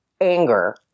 anger